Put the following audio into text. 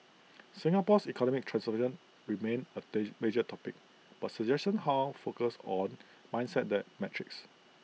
Singapore's economic transformation remained A day major topic but suggestions how focused on mindsets than metrics